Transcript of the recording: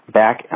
back